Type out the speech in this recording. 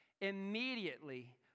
Immediately